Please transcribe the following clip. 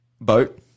boat